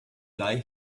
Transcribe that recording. lie